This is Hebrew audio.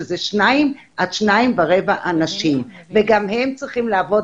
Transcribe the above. שזה שניים עד שניים ורבע אנשים וגם הם צריכים לעבוד